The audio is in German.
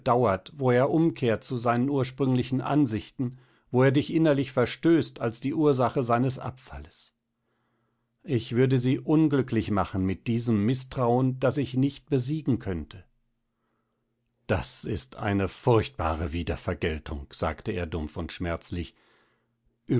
wo er umkehrt zu seinen ursprünglichen ansichten wo er dich innerlich verstößt als die ursache seines abfalles ich würde sie unglücklich machen mit diesem mißtrauen das ich nicht besiegen könnte das ist eine furchtbare wiedervergeltung sagte er dumpf und schmerzlich